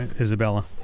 isabella